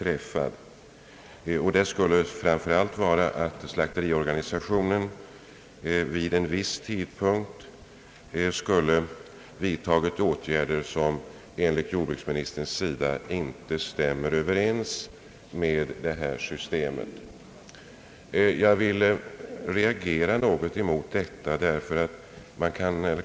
Anledningen skulle framför allt vara att slakteriorganisationen vid en viss tidpunkt vidtagit åtgärder som enligt jordbruksministerns utsago inte stämmer överens med systemet. Jag vill något reagera mot detta.